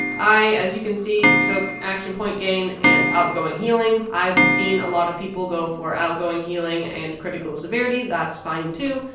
i, as you can see, took action point gain and outgoing healing. i've seen a lot of people go for outgoing healing and critical severity, that's fine too,